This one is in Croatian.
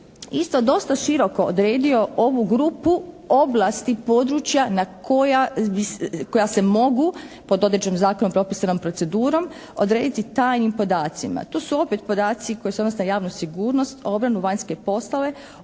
isto dosta široko odredio ovu grupu oblasti, područja na koja se mogu pod određenim zakonom propisanom procedurom odrediti tajnim podacima. To su opet podaci koji se odnose na javnu sigurnost, obranu, vanjske poslove,